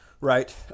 Right